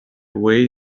way